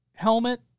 helmet